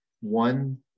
one